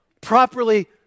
properly